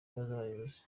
z’abayobozi